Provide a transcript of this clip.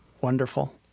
wonderful